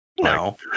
No